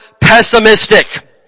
pessimistic